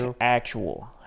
actual